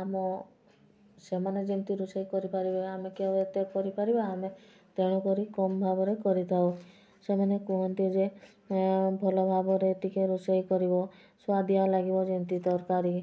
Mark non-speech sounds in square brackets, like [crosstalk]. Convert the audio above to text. ଆମ ସେମାନେ ଯେମତି ରୋଷେଇ କରିପାରିବେ ଆମେ [unintelligible] ଏତେ କରିପାରିବା ଆମେ ତେଣୁକରି କମ ଭାବରେ କରିଥାଉ ସେମାନେ କୁହନ୍ତି ଯେ ଭଲ ଭାବରେ ଟିକେ ରୋଷେଇ କରିବ ସୁଆଦିଆ ଲାଗିବ ଯେମତି ତରକାରୀ